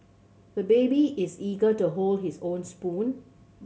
the baby is eager to hold his own spoon